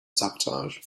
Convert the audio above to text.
sabotage